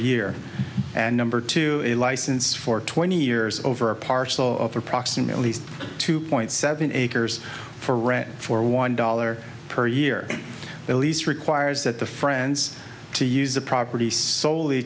year and number two a license for twenty years over a parcel of approximately two point seven acres for rent for one dollar per year the lease requires that the friends to use the property sole